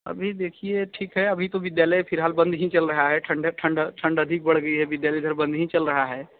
अभी देखिए ठीक है अभी तो विद्यालय फिलहाल बंद ही चल रहा है ठंड अभी बढ़ गई है विद्यालय अभी बंद ही चल रहा है